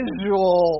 visual